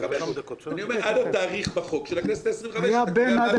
עד התאריך בחוק של הכנסת ה-25.